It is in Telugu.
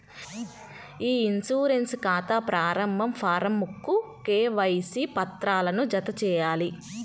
ఇ ఇన్సూరెన్స్ ఖాతా ప్రారంభ ఫారమ్కు కేవైసీ పత్రాలను జతచేయాలి